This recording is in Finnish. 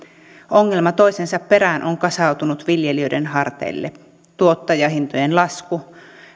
ongelma toisensa perään on kasautunut viljelijöiden harteille tuottajahintojen lasku